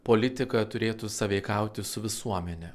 politika turėtų sąveikauti su visuomene